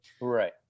Right